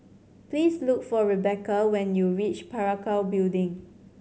please look for Rebecca when you reach Parakou Building